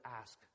ask